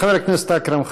חבר הכנסת אכרם חסון,